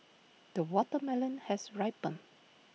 the watermelon has ripened